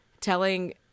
telling